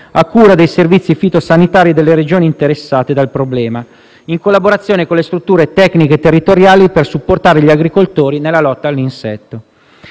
a cura dei servizi fitosanitari delle Regioni interessate dal problema, in collaborazione con le strutture tecniche territoriali, per supportare gli agricoltori nella lotta all'insetto.